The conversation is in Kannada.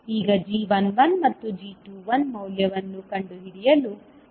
ಈಗ g11 ಮತ್ತು g21 ಮೌಲ್ಯವನ್ನು ಕಂಡುಹಿಡಿಯಲು ನಾವು ಏನು ಮಾಡುತ್ತೇವೆ